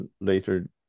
later